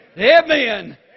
Amen